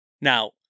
Now